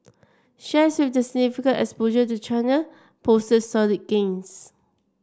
shares with the significant exposure to China posted solid gains